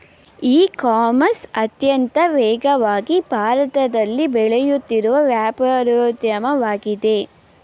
E commerce ಅತ್ಯಂತ ವೇಗವಾಗಿ ಭಾರತದಲ್ಲಿ ಬೆಳೆಯುತ್ತಿರುವ ವ್ಯಾಪಾರೋದ್ಯಮವಾಗಿದೆ